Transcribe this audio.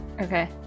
Okay